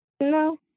No